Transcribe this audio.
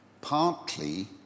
partly